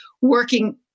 working